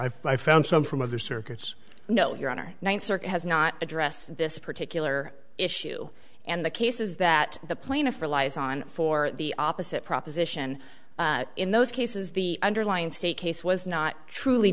i've found some from other circuits no your honor ninth circuit has not addressed this particular issue and the cases that the plaintiff relies on for the opposite proposition in those cases the underlying state case was not truly